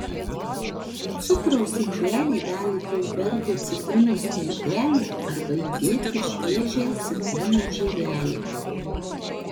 į cukraus indelį galite įberti citrinos miltelių arba įdėti šviežią citrinos žievelę